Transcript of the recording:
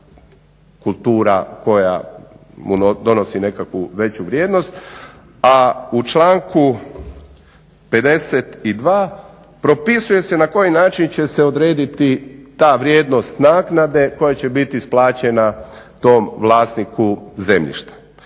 kultura koja mu donosi nekakvu veću vrijednost? A u članku 52. propisuje se na koji način će se odrediti ta vrijednost naknade koja će biti isplaćena tom vlasniku zemljišta.